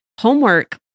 homework